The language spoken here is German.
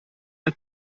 ein